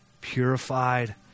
purified